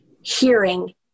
hearing